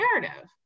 narrative